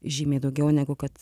žymiai daugiau negu kad